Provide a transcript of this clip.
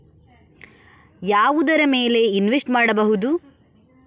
ಯಾವುದರ ಮೇಲೆ ಇನ್ವೆಸ್ಟ್ ಮಾಡಬಹುದು?